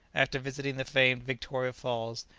after visiting the famed victoria falls,